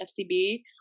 FCB